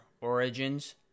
origins